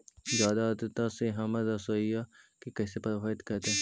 जादा आद्रता में हमर सरसोईय के कैसे प्रभावित करतई?